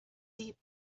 deep